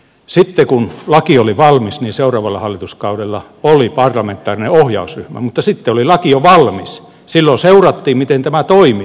sitten kun laki oli valmis niin seuraavalla hallituskaudella oli parlamentaarinen ohjausryhmä mutta sitten oli laki jo valmis ja silloin seurattiin miten tämä toimii